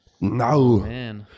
No